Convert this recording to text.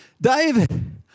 David